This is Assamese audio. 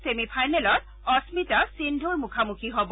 ছেমি ফাইনেলত অস্মিতা সিন্ধুৰ মুখামুখি হ'ব